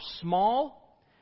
small